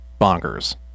bonkers